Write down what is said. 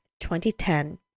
2010